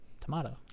tomato